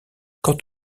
quant